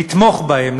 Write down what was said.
לתמוך בהם,